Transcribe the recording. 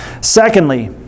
Secondly